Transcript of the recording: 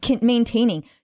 maintaining